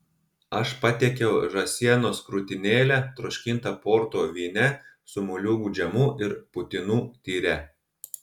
aš patiekiau žąsienos krūtinėlę troškintą porto vyne su moliūgų džemu ir putinų tyre